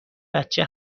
بچه